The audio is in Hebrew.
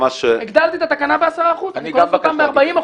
הגדלתי את התקנה ב-10% אני קונס אותם ב-40%,